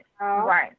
right